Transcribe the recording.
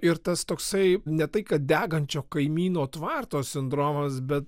ir tas toksai ne tai kad degančio kaimyno tvarto sindromas bet